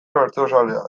bertsozaleak